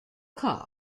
card